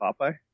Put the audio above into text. popeye